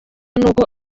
n’uko